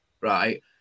right